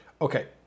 Okay